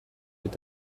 your